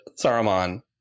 Saruman